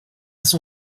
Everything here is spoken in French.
son